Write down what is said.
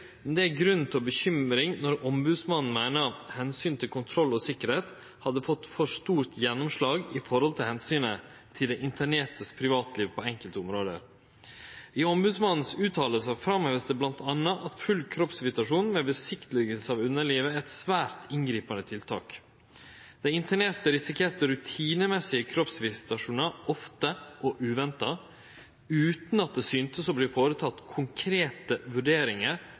men det er grunn til bekymring når Sivilombodsmannen meiner omsynet til kontroll og tryggleik hadde fått for stort gjennomslag samanlikna med omsynet til dei internerte sitt privatliv på enkelte område. I Sivilombodsmannens fråsegner vert det bl.a. framheva: «Full kroppsvisitasjon med besiktigelse av underlivet er et svært inngripende tiltak.» Dei internerte risikerte rutinemessige kroppsvisitasjonar ofte og uventa, utan at det såg ut til å verte gjort konkrete vurderingar